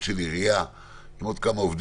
היינו צריכים לבוא עם תרגילים איך לעבוד